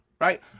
Right